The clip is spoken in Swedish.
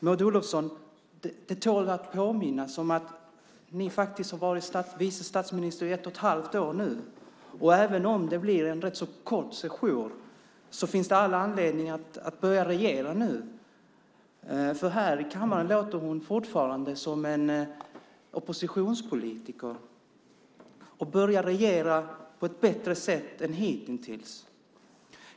Det tål att påminna Maud Olofsson om att hon faktiskt har varit vice statsminister i ett och ett halvt år nu. Även om det blir en kort sejour finns det all anledning att börja regera - för här i kammaren låter hon fortfarande som en oppositionspolitiker - och på ett bättre sätt än hittills.